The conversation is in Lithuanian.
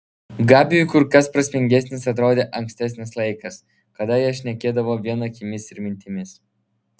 gabiui kur kas prasmingesnis atrodė ankstesnis laikas kada jie šnekėdavo vien akimis ir mintimis